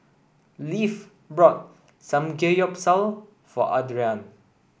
Leif brought Samgeyopsal for Adriane